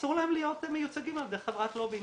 אסור להם להיות מיוצגים על ידי חברת לובינג,